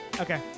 Okay